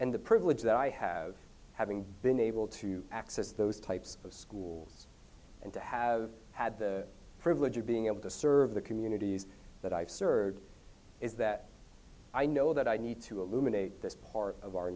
and the privilege that i have having been able to access those types of schools and to have had the privilege of being able to serve the communities that i've served is that i know that i need to eliminate this part of our